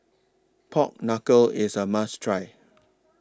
Pork Knuckle IS A must Try